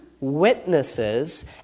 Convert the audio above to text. witnesses